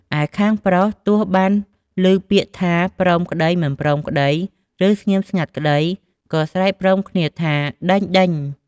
ឯខាងប្រុសទោះបានឮពាក្យថា ព្រមក្តី មិនព្រមក្តី ឬស្ងៀមស្ងាត់ក្តី ក៏ស្រែកព្រមគ្នាថា ដេញៗ។